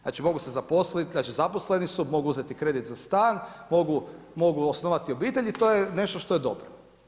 Znači mogu se zaposliti, znači zaposleni su, mogu uzeti kredit za stan, mogu osnovati obitelj i to je nešto što je dobro.